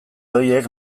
horiek